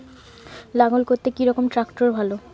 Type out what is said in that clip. লাঙ্গল করতে কি রকম ট্রাকটার ভালো?